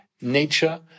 nature